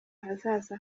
ahazaza